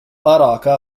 أراك